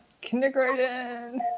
kindergarten